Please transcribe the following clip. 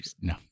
No